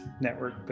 network